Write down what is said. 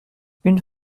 une